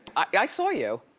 i saw you.